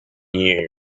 years